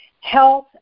health